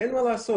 אין מה לעשות,